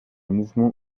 mouvement